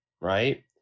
Right